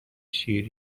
شیر